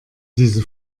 diese